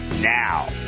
now